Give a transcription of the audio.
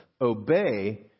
Obey